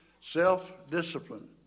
Self-discipline